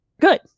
good